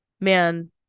man